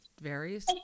varies